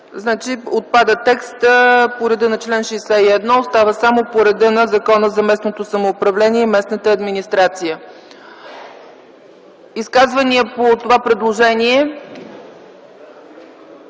отпада текстът „по реда на чл. 61”, остава само „по реда на Закона за местното самоуправление и местната администрация”. Изказвания по това предложение?